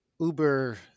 uber